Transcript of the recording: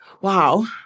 Wow